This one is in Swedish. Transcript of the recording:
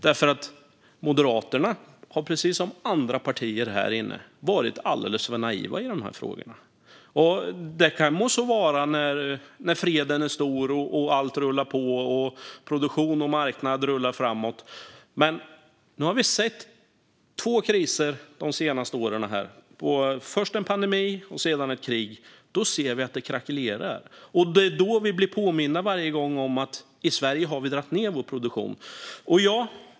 Moderaterna har nämligen precis som andra partier här varit alldeles för naiva i dessa frågor. Det må så vara när det är fred, allt rullar på och produktion och marknad rör sig framåt. Men nu har vi sett två kriser de senaste åren - först en pandemi och sedan ett krig. Då ser vi att det krackelerar. Och det är då vi blir påminda om att vi i Sverige har dragit ned vår produktion.